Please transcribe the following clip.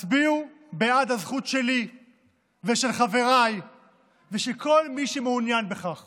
הצביעו בעד הזכות שלי ושל חבריי ושל כל מי שמעוניין בכך